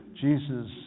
Jesus